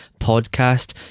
podcast